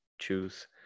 choose